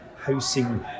housing